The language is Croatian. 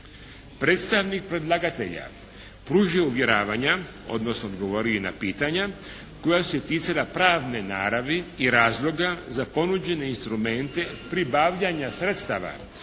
Predstavnik predlagatelja pružio je uvjeravanja, odnosno odgovorio je na pitanja koja su se ticala pravne naravi i razloga za ponuđene instrumente pribavljanja sredstava